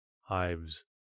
hives